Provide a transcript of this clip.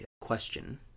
question